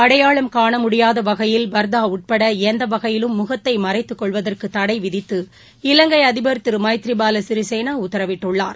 அடையாளம் காணமுடியாதவகையில் பர்தாஉட்படஎந்தவகையிலும் முகத்தைமறைத்துக் கொள்வதற்குதடைவிதித்து இலங்கைஅதிபர் திருமைத்ரிபாலசிறிசேனாஉத்தரவிட்டுள்ளார்